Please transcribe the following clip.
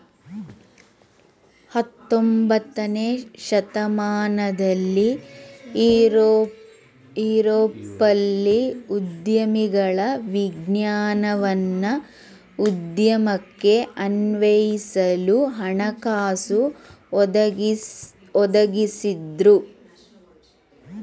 ಹತೊಂಬತ್ತನೇ ಶತಮಾನದಲ್ಲಿ ಯುರೋಪ್ನಲ್ಲಿ ಉದ್ಯಮಿಗಳ ವಿಜ್ಞಾನವನ್ನ ಉದ್ಯಮಕ್ಕೆ ಅನ್ವಯಿಸಲು ಹಣಕಾಸು ಒದಗಿಸಿದ್ದ್ರು